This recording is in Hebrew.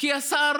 כי השר